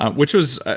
which was,